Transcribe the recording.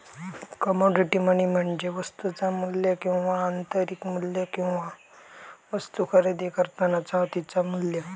commodity money म्हणजे वस्तुचा मू्ल्य किंवा आंतरिक मू्ल्य किंवा वस्तु खरेदी करतानाचा तिचा मू्ल्य